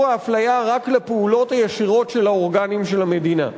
האפליה רק לפעולות הישירות של האורגנים של המדינה.